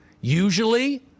usually